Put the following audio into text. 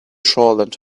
shoreland